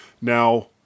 Now